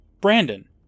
Brandon